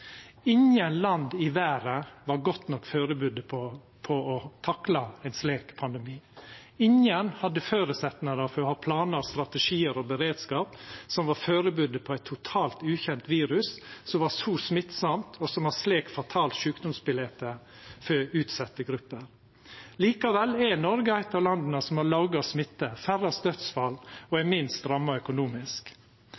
Ingen land i verda var godt nok førebudde på å takla ein slik pandemi. Ingen hadde føresetnader for å ha planar, strategiar og beredskap som var førebudde på eit totalt ukjent virus, som var så smittsamt, og som har slikt fatalt sjukdomsbilete for utsette grupper. Likevel er Noreg eit av landa som har lågast smitte, færrast dødsfall og